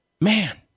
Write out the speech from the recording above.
man